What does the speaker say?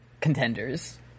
contenders